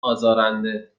ازارنده